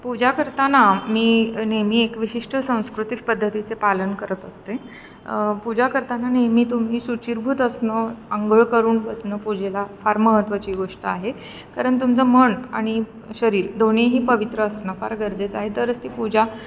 पूजा करताना मी नेहमी एक विशिष्ट सांस्कृतिक पद्धतीचे पालन करत असते पूजा करताना नेहमी तुम्ही शुचिर्भूत असणं अंघोळ करून बसणं पूजेला फार महत्त्वाची गोष्ट आहे कारण तुमचं मन आणि शरीर दोन्हीही पवित्र असणं फार गरजेचं आहे तरच ती पूजा